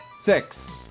six